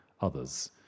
others